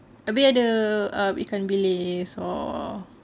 abeh ada ikan bilis or